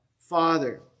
Father